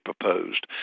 proposed